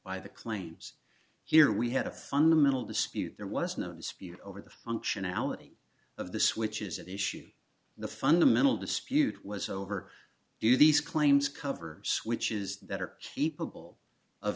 by the claims here we had a fundamental dispute there was no dispute over the functionality of the switches at issue the fundamental dispute was over do these claims cover switches that are people of